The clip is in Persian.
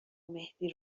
مهدی